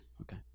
okay